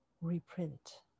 reprint